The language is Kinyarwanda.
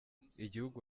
gihugu